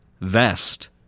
Vest